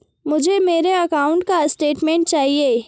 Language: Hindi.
मुझे मेरे अकाउंट का स्टेटमेंट चाहिए?